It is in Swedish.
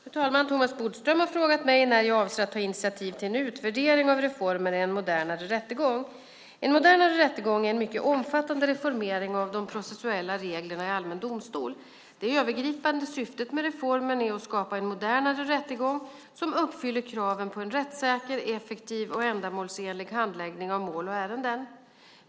Fru talman! Thomas Bodström har frågat mig när jag avser att ta initiativ till en utvärdering av reformen En modernare rättegång. En modernare rättegång är en mycket omfattande reformering av de processuella reglerna i allmän domstol. Det övergripande syftet med reformen är att skapa en modernare rättegång som uppfyller kraven på en rättssäker, effektiv och ändamålsenlig handläggning av mål och ärenden.